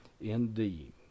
indeed